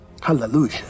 Hallelujah